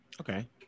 okay